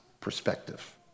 perspective